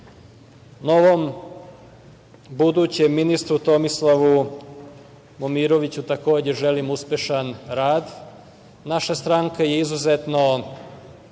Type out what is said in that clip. novom budućem ministru, Tomislavu Momiroviću, takođe želim uspešan rad. Naša stranka je izuzetno